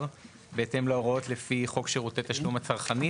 בהתאם להוראות חוק שירותי תשלום הצרכני?